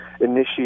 initiate